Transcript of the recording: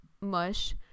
mush